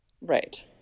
Right